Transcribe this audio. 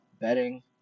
bedding